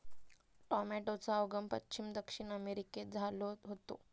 टॉमेटोचो उगम पश्चिम दक्षिण अमेरिकेत झालो होतो